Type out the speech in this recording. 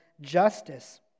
justice